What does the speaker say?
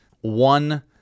one